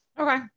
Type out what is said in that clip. Okay